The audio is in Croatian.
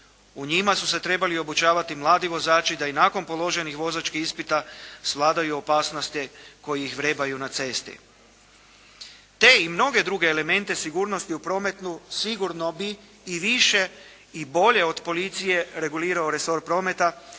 U njima su se trebali obučavati mladi vozači, da i nakon položenih vozačkih ispita svladaju opasnosti koje ih vrebaju na cesti. Te i mnoge druge elemente sigurnosti u prometu sigurno bi i više i bolje od policije regulirao resor prometa